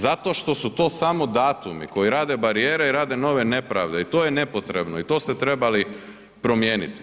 Zato što su to samo datumi koji rade barijere i rade nove nepravde i to je nepotrebno i to ste trebali promijeniti.